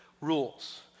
rules